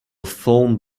phone